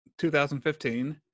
2015